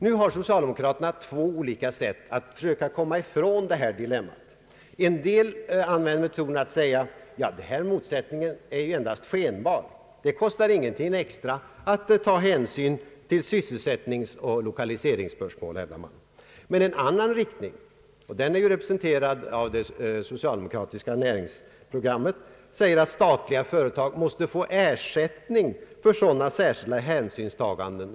Nu har socialdemokraterna två olika sätt att försöka komma ifrån detta dilemma. Somliga använder metoden att påstå att denna motsättning endast är skenbar. Det kostar ingenting extra att ta hänsyn till sysselsättningsoch lokaliseringsspörsmål, hävdar man. En annan riktning, som är representerad av det socialdemokratiska näringsprogrammet, säger att statliga företag måste få ersättning för sådana särskilda hänsynstaganden.